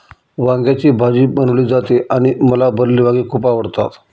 वांग्याची भाजी बनवली जाते आणि मला भरलेली वांगी खूप आवडतात